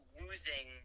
losing